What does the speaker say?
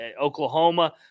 Oklahoma